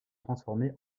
transformer